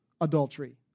adultery